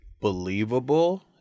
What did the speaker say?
believable